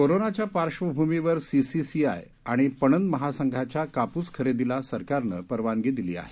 कोरोनाच्या पार्श्वभूमीवर सीसीआय आणि पणन महासंघाच्या कापूस खरेदीला सरकारनं परवानगी दिली आहे